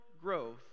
growth